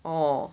orh